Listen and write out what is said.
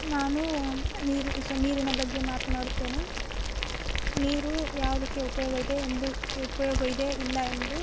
ನಾನು ನೀರಿ ಸೊ ನೀರಿನ ಬಗ್ಗೆ ಮಾತನಾಡುತ್ತೇನೆ ನೀರು ಯಾವುದಕ್ಕೆ ಉಪಯೋಗ ಇದೆ ಎಂದು ಉಪಯೋಗ ಇದೆ ಇಲ್ಲ ಎಂದು